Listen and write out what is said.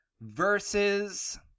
versus